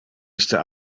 iste